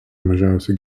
mažiausiai